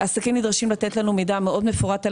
עסקים נדרשים לתת לנו מידע מאוד מפורט על